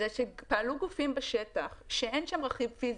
שפעלו גופים בשטח כשאין שם רכיב פיזי,